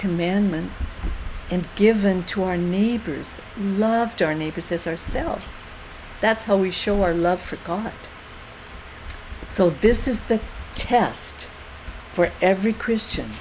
commandments and given to our neighbors loved our neighbors as ourselves that's how we show our love for god so this is the test for every christian